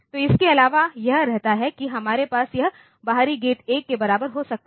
तो इसके अलावा यह रहता है कि हमारे पास यह बाहरी गेट 1 के बराबर हो सकता है